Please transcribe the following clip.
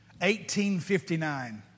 1859